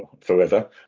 forever